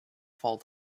full